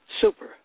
super